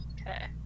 Okay